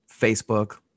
Facebook